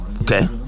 Okay